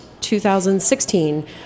2016